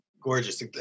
Gorgeous